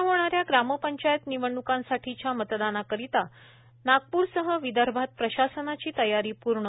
उदया होणाऱ्या ग्रामपंचायत निवडण्कांसाठीच्या मतदानाकरिता नागपूरसह विदर्भात प्रशासनाची तयारी पूर्ण